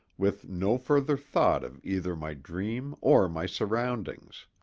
with no further thought of either my dream or my surroundings.